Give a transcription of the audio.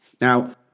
Now